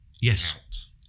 Yes